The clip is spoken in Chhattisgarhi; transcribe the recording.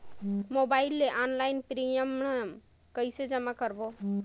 मोबाइल ले ऑनलाइन प्रिमियम कइसे जमा करों?